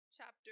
Chapter